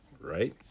right